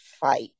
fight